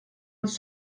uns